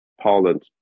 poland